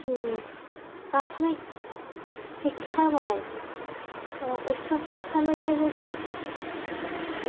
প্ৰাথমিক শিক্ষাৰ পৰাই উচ্চ শিক্ষালৈকে যদি